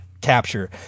capture